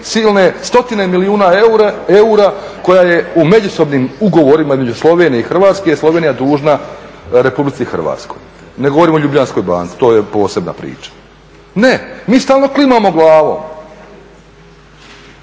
silne, stotine milijun eura koje je u međusobnim ugovorima između Slovenije i Hrvatske, Slovenija dužna Republici Hrvatskoj, ne govorim o Ljubljanskoj banci to je posebna priča. Ne, mi stalno klimamo glavom